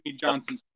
Johnson